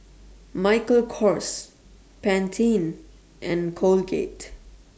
Michael Kors Pantene and Colgate